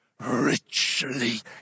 richly